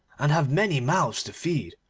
and have many mouths to feed,